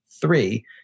three